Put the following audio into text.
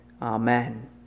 Amen